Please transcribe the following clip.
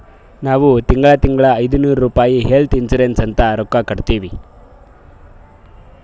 ನಾವ್ ತಿಂಗಳಾ ತಿಂಗಳಾ ಐಯ್ದನೂರ್ ರುಪಾಯಿ ಹೆಲ್ತ್ ಇನ್ಸೂರೆನ್ಸ್ ಅಂತ್ ರೊಕ್ಕಾ ಕಟ್ಟತ್ತಿವಿ